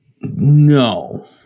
no